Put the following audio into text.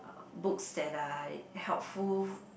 books that like helpful